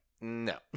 No